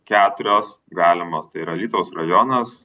keturios galimos tai yra alytaus rajonas